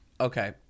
okay